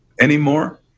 anymore